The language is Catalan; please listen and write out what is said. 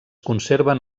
conserven